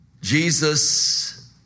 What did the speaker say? Jesus